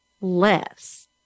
less